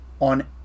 on